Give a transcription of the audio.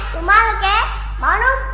la la la